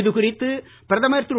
இது குறித்து பிரதமர் திரு